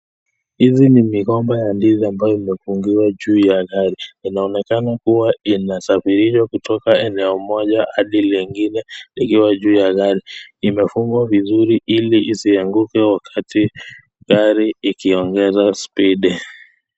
Hizi ni migomba ya ndizi ambayo imefungiwa juu ya gari inaonekana kua inasafirishwa kutoka eneo moja Hadi lingine ikiwa juu ya gari. imefungwa vizuri ili isianguke wakati gari ikiongeza speed .